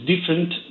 different